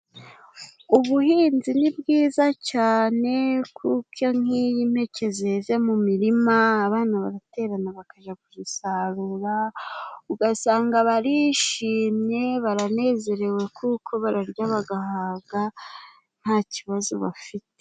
Ubuhinzi ni bwiza cyane kuko nk'iyo impeke zeze mu mirima abana baraterana bakaja kuzisarura, ugasanga barishimye, baranezerewe ,kuko bararya bagahaga nta kibazo bafite.